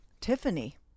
Tiffany